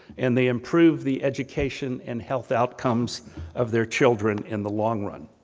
and they improve the education and health outcomes of their children in the long run.